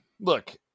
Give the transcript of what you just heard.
look